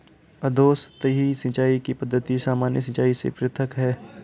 अधोसतही सिंचाई की पद्धति सामान्य सिंचाई से पृथक है